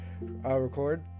record